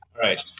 Right